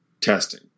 testing